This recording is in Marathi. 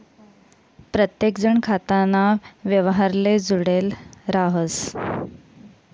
प्रत्येकजण खाताना व्यवहारले जुडेल राहस